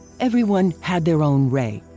everyone had their own re.